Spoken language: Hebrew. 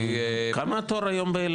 לפי --- כמה היום התור באלעד?